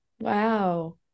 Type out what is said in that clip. wow